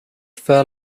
fur